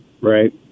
right